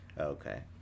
Okay